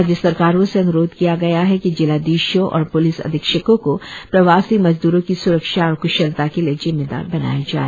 राज्य सरकारों से अन्रोध किया गया है कि जिलाधीशों और प्लिस अधीक्षकों को प्रवासी मजदूरों की सुरक्षा और क्शलता के लिए जिम्मेदार बनाया जाए